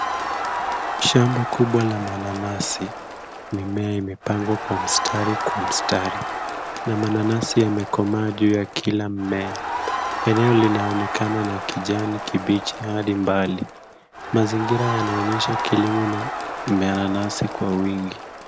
Shamba kubwa la mananasi. Mimea imepangwa kwa mstari kwa mstari na mananasi yamekomaa juu ya kila mmea. Eneo linaonekana na kijani kibichi hadi mbali. Mazingira yanaonyesha kilimo na mananasi kwa wingi.